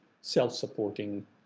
self-supporting